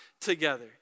together